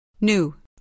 New